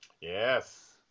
Yes